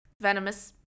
venomous